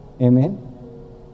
amen